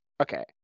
Okay